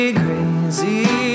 crazy